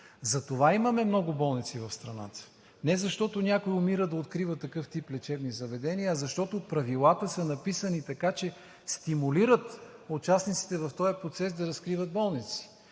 Затова имаме много болници в страната – не защото някой умира да открива такъв тип лечебни заведения, а защото правилата са написани така, че стимулират участниците в този процес да разкриват болници.